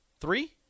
three